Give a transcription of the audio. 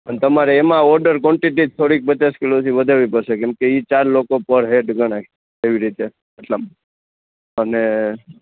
અને તમારે એમાં ઓર્ડર ક્વોન્ટિટી થોડીક પચાસ કિલોથી વધારવી પડશે કેમ કે એ ચાર લોકો પર હેડ ઘણાયે એવી રીતે મતલબ અને